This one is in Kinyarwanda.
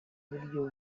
buryo